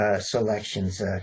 selections